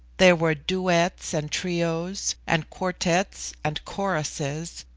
there were duets and trios, and quartetts and choruses,